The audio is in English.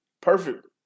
Perfect